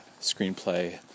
screenplay